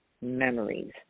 memories